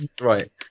right